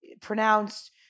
pronounced